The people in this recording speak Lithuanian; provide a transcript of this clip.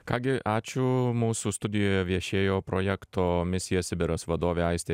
ką gi ačiū mūsų studijoje viešėjo projekto misija sibiras vadovė aistė